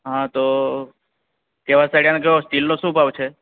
હા તો કેવા સળિયાના કેવો સ્ટીલનો શું ભાવ છે